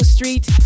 Street